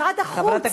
משרד החוץ, קיצוץ,